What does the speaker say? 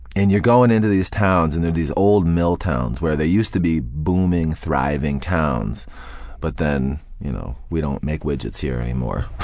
and you're going into these towns, and they're these old mill towns where they used to be booming, thriving towns but then you know we don't make widgets here anymore,